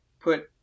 put